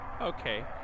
Okay